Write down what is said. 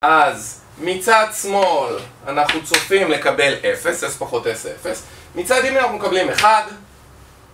אז מצד שמאל אנחנו צופים לקבל 0, אז פחות s ל-0, מצד ימין אנחנו מקבלים 1